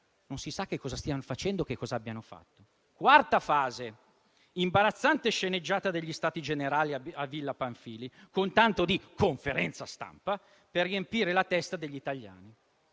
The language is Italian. Non si sa cosa stiano facendo e cos'abbiano fatto. Quarta fase: imbarazzante sceneggiata degli stati generali a Villa Pamphili, con tanto di conferenza stampa, per riempire la testa degli italiani.